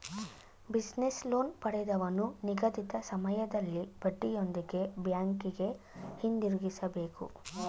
business loan ಪಡೆದವನು ನಿಗದಿತ ಸಮಯದಲ್ಲಿ ಬಡ್ಡಿಯೊಂದಿಗೆ ಬ್ಯಾಂಕಿಗೆ ಹಿಂದಿರುಗಿಸಬೇಕು